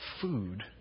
food